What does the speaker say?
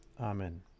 Amen